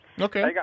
Okay